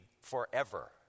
forever